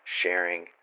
sharing